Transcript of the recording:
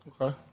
Okay